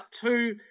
two